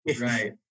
Right